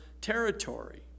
territory